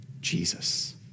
Jesus